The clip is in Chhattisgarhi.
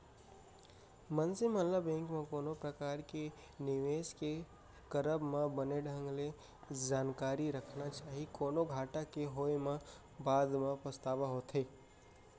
मनसे मन ल बेंक म कोनो परकार के निवेस के करब म बने ढंग ले जानकारी रखना चाही, कोनो घाटा के होय म बाद म पछतावा होथे